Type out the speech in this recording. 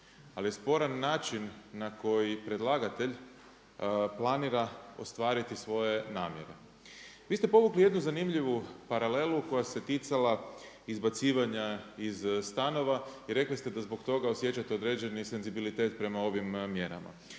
ali je sporan način na koji predlagatelj planira ostvariti svoje namjere. Vi ste povukli jednu zanimljivu paralelu koja se ticala izbacivanja iz stanova i rekli ste da zbog toga osjećate određeni senzibilitet prema ovim mjerama.